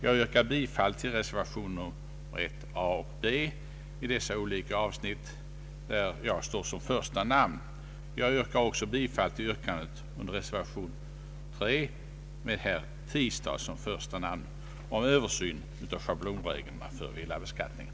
Jag yrkar bifall till re servationen 1, a och b, i dessa olika avsnitt, där mitt namn står först. Jag ansluter mig också till yrkandet i reservation 3, med herr Tistad som första namn, om Översyn av schablonreglerna för villabeskattningen.